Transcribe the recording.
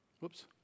Whoops